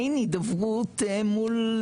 אין הידברות מול